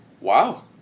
Wow